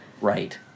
right